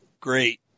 great